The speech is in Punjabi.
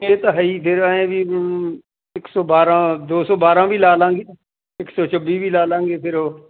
ਇਹ ਤਾਂ ਹੈ ਹੀ ਫੇਰ ਐਂ ਵੀ ਇੱਕ ਸੌ ਬਾਰਾਂ ਦੋ ਸੌ ਬਾਰਾਂ ਵੀ ਲਾ ਲਵਾਂਗੇ ਇੱਕ ਸੌ ਛੱਬੀ ਵੀ ਲਾ ਲਵਾਂਗੇ ਫੇਰ ਉਹ